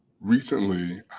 Recently